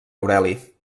aureli